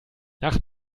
ach